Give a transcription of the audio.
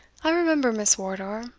i remember, miss wardour,